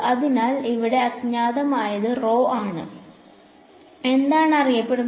അതിനാൽ ഇവിടെ അജ്ഞാതമായത് rho ആണ് എന്താണ് അറിയപ്പെടുന്നത്